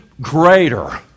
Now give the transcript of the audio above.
greater